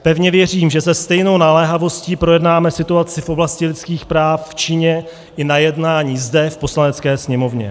Pevně věřím, že se stejnou naléhavostí projednáme situaci v oblasti lidských práv v Číně i na jednání zde v Poslanecké sněmovně.